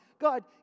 God